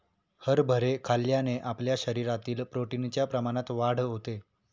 हरभरे खाल्ल्याने आपल्या शरीरातील प्रोटीन च्या प्रमाणात वाढ होते